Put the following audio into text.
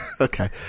okay